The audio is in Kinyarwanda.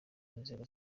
inzego